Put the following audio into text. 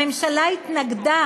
הממשלה התנגדה